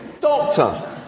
doctor